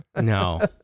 No